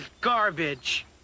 garbage